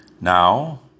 Now